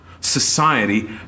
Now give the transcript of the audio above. society